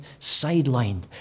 sidelined